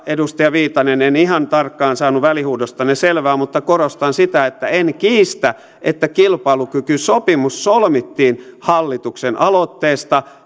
edustaja viitanen en ihan tarkkaan saanut välihuudostanne selvää mutta korostan sitä että en kiistä että kilpailukykysopimus solmittiin hallituksen aloitteesta